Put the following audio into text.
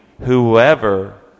whoever